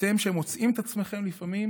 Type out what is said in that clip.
אתם שמוצאים את עצמם לפעמים